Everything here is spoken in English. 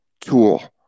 tool